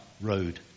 road